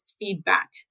feedback